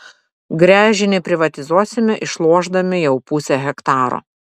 gręžinį privatizuosime išlošdami jau pusę hektaro